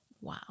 Wow